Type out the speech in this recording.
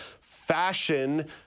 fashion